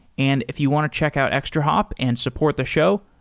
and if you want to check out extrahop and support the show,